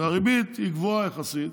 והריבית גבוהה יחסית,